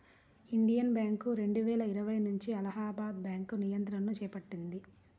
Indian Bank రెండువేల ఇరవై నుంచి అలహాబాద్ బ్యాంకు నియంత్రణను చేపట్టింది